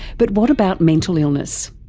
but what about mental illness?